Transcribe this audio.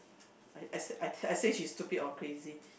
I say say she's stupid or crazy